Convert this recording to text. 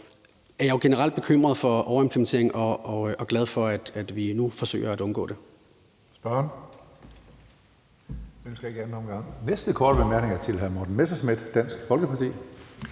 jeg jo generelt bekymret for overimplementering og glad for, at vi nu forsøger at undgå det.